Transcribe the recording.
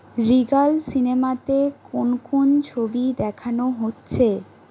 regal সিনেমাতে কোন কোন ছবি দেখানো হচ্ছে